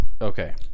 Okay